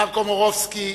מר קומורובסקי,